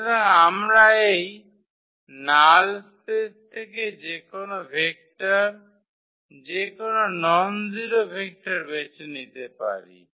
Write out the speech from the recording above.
সুতরাং আমরা এই নাল স্পেস থেকে যে কোনও ভেক্টর যে কোনও ননজারো ভেক্টর বেছে নিতে পারি